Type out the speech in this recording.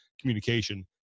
communication